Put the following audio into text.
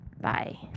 Bye